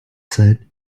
said